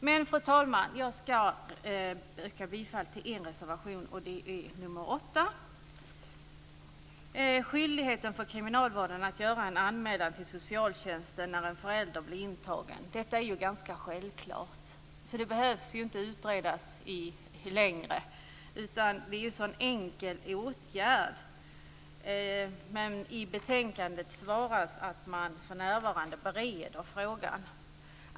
Men, fru talman, jag ska yrka bifall till en reservation, och det är nr 8. Skyldigheten för kriminalvården att göra en anmälan till socialtjänsten när en förälder blir intagen är ganska självklar, så frågan behöver inte utredas längre. Det är en så enkel åtgärd. Men i betänkandet svaras att man för närvarande bereder frågan.